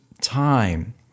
time